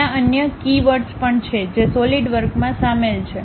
ત્યાં અન્ય કીવર્ડ્સ પણ છે જે સોલિડવર્કમાં સામેલ છે